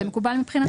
זה מקובל מבחינתכם?